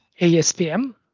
ASPM